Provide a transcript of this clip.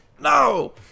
no